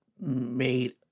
made